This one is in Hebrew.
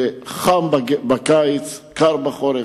וחם בקיץ, וקר בחורף.